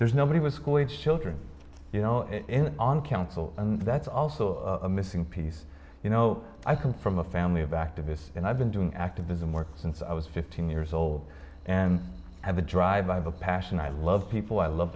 there's nobody was school age children you know on council and that's also a missing piece you know i come from a family of activists and i've been doing activism work since i was fifteen years old and i have a drive by the passion i love people i love